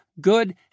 good